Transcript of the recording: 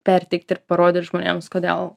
perteikt ir parodyt žmonėms kodėl